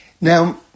Now